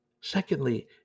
Secondly